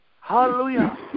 Hallelujah